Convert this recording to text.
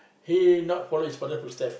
he not follow his father footstep